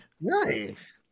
Nice